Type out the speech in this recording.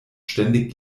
ständig